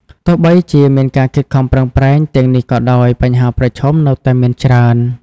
ទោះបីជា មានការខិតខំប្រឹងប្រែងទាំងនេះក៏ដោយ បញ្ហាប្រឈមនៅតែមានច្រើន។